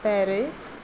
Paris